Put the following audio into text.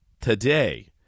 today